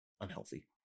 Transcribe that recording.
unhealthy